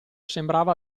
sembrava